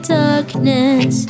darkness